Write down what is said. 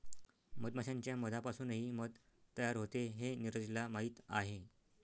मधमाश्यांच्या मधापासूनही मध तयार होते हे नीरजला माहीत आहे